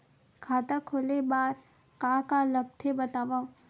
खाता खोले बार का का लगथे बतावव?